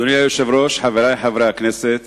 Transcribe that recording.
אדוני היושב-ראש, חברי חברי הכנסת,